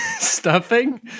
stuffing